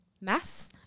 mass